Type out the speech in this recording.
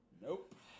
Nope